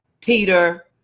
Peter